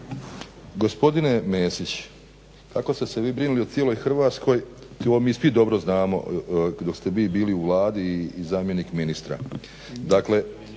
Gospodine Mesić, kako ste se vi brinuli o cijeloj Hrvatskoj to mi svi dobro znamo dok ste vi bili u Vladi i zamjenik ministra.